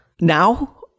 Now